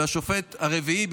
והשופט הרביעי,